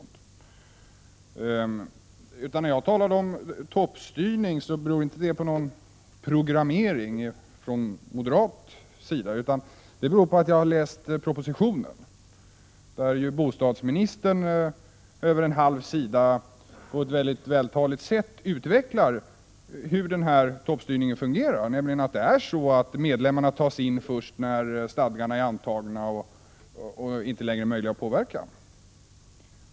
När jag talar om toppstyrning beror det inte på någon programmering från moderat sida utan på att jag har läst propositionen. Där utvecklar ju bostadsministern över en halv sida på ett vältaligt sätt hur toppstyrningen fungerar — medlemmarna tas in först när stadgarna är antagna och inte längre är möjliga att påverka.